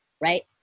right